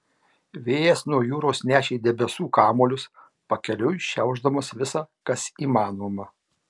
vėjas nuo jūros nešė debesų kamuolius pakeliui šiaušdamas visa kas įmanoma